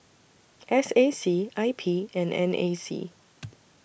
S A C I P and N A C